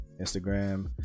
Instagram